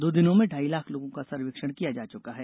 दो दिनों में ढ़ाई लाख लोगों का सर्वेक्षण किया जा चुका है